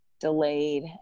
delayed